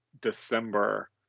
december